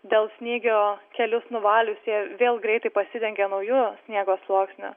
dėl snygio kelius nuvalius jie vėl greitai pasidengia nauju sniego sluoksniu